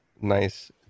nice